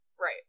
Right